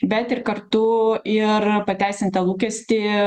bet ir kartu ir pateisint tą lūkestį